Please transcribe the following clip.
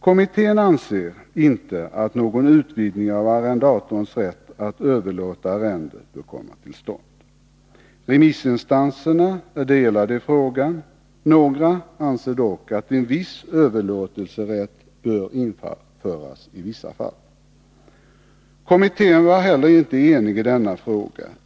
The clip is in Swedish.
Kommittén anser inte att någon utvidgning av arrendatorns rätt att överlåta arrende bör komma till stånd. Remissinstanserna är delade i frågan. Några anser dock att en viss överlåtelserätt bör införas i vissa fall. Kommittén var inte heller enig i denna fråga.